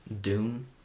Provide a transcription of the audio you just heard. Doom